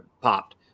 popped